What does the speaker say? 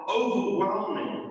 overwhelming